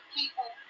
people